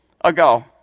ago